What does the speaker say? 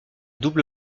double